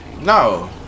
No